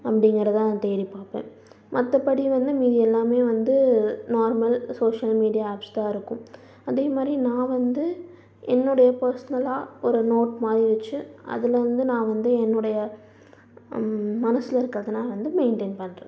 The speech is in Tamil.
அப்படிங்கிறத நான் தேடி பார்ப்பேன் மற்றபடி வந்து மீதி எல்லாமே வந்து நார்மல் சோஷியல் மீடியா ஆப்ஸ் தான் இருக்கும் அதேமாதிரி நான் வந்து என்னோடைய பர்ஸ்னலாக ஒரு நோட் மாதிரி வச்சு அதில் வந்து நான் வந்து என்னோடைய மனசில் இருக்கிறதெல்லாம் வந்து மெயிண்டன் பண்ணுறேன்